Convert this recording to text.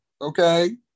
okay